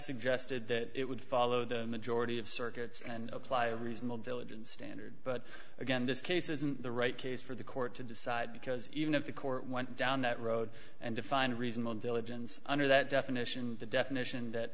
suggested that it would follow the majority of circuits and apply a reasonable diligence standard but again this case isn't the right case for the court to decide because even if the court went down that road and defined reasonable diligence under that definition the definition that